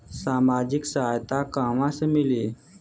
सामाजिक सहायता कहवा से मिली?